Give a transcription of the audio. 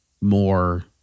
more